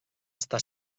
està